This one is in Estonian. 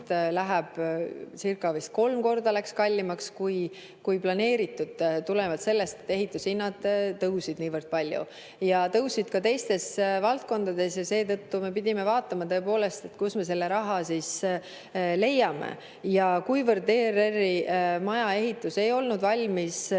läheb vistcircakolm korda kallimaks, kui oli planeeritud, tulenevalt sellest, et ehitushinnad tõusid niivõrd palju. Ja [hinnad] tõusid ka teistes valdkondades ja seetõttu me pidime vaatama, tõepoolest, kust me selle raha siis leiame. Ja kuivõrd ERR‑i maja ehitus ei olnud valmis